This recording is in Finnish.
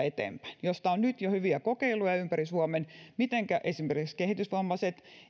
eteenpäin digitukihanketta josta on nyt jo hyviä kokeiluja ympäri suomen siitä millä keinoilla ne palvelut saadaan esimerkiksi kehitysvammaisille